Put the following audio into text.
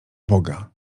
boga